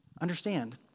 Understand